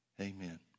amen